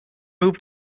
moved